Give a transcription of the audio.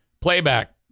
playback